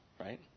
right